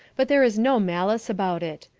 but there is no malice about it.